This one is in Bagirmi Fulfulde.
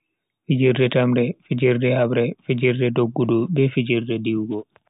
Fijirde tamre, fijirde habre, fijirde doggudu be fijirde diwugo.